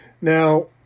Now